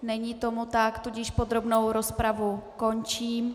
Není tomu tak, tudíž podrobnou rozpravu končím.